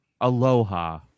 aloha